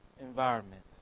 environment